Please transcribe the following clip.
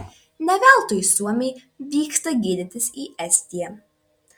ne veltui suomiai vyksta gydytis į estiją